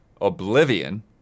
Oblivion